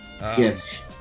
Yes